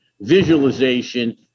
visualization